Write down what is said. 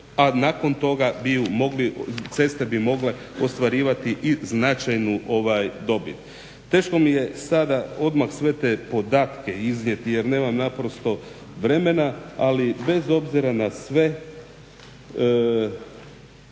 bi ju mogli, ceste bi mogle ostvarivati i značajnu dobit. Teško mi je sada odmah sve te podatke iznijeti, jer nemam naprosto vremena, ali bez obzira na sve